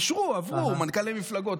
אישרו, עברו, מנכ"לי מפלגות.